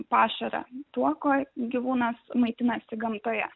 pašarą tuo kuo gyvūnas maitinasi gamtoje